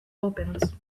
opens